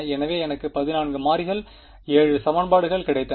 எனவே எனக்கு 14 மாறிகள் 7 சமன்பாடுகள் கிடைத்தன